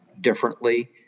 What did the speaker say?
differently